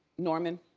norman?